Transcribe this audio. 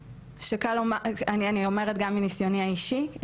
אני אומרת גם מניסיוני האישי,